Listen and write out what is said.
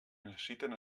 necessiten